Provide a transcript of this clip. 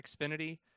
Xfinity